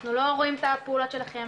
אנחנו לא רואים את הפעולות שלכם